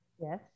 yes